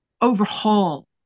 overhaul